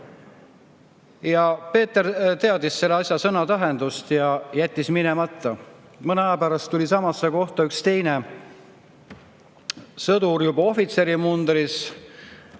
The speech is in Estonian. Peeter teadis selle sõna tähendust ja jättis minemata. Mõne aja pärast tuli samasse kohta üks teine sõdur ohvitseri mundris